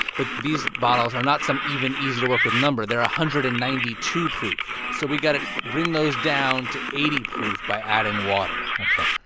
but these bottles are not some even, easy-to-work-with number. they are one ah hundred and ninety two proof, so we got to bring those down to eighty proof by adding water ok.